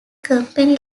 company